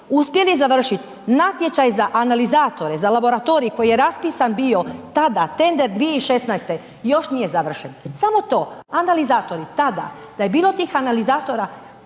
uspjeli završit natječaj za analizatore, za laboratorij koji je raspisan bio tada, tender 2016. još nije završen, samo to, analizatori tada, da je bilo tih analizatora,